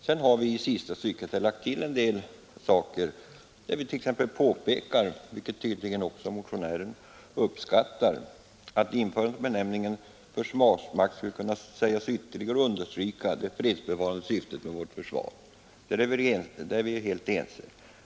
Sedan har vi i det sista stycket påpekat — vilket motionären tydligen också uppskattar — att ett införande av benämningen försvarsmakt skulle kunna sägas ytterligare understryka det fredsbevarande syftet med vårt försvar. Där är vi helt ense.